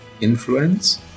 influence